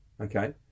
Okay